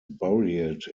buried